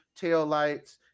taillights